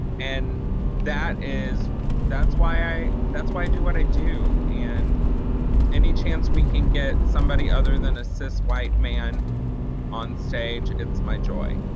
and that is that's why i that's why i do what i do. and any chance we can get somebody other than a cis white man on stage it's my joy.